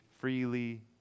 Freely